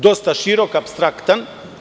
Dosta je širok i apstraktan.